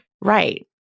Right